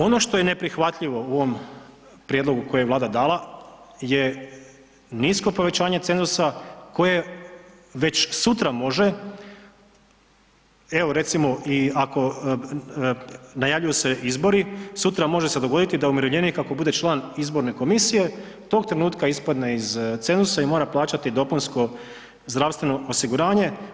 Ono što je neprihvatljivo u ovom prijedlogu koji je Vlada dala je nisko povećanje cenzusa koje već sutra može, evo recimo i ako, najavljuju se izbori, sutra može se dogoditi da umirovljenik ako bude član izborne komisije, tog trenutka ispadne iz cenzusa i mora plaćati dopunsko zdravstveno osiguranje.